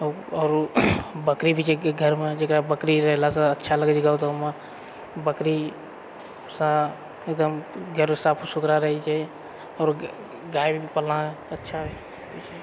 तऽ आओर बकरी भी छै घरमे जेकरा बकरी रहलासँ अच्छा लगै छै गाँव घरमे बकरीसँ एकदम घरो साफ सुथरा रहैत छै आओर गाय भी पालना अच्छा होइत छै